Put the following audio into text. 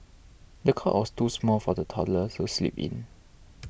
the cot was too small for the toddler to sleep in